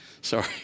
Sorry